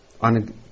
on